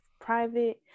private